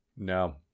No